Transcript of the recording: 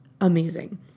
amazing